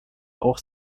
auch